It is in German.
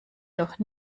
noch